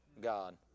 God